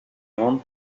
grande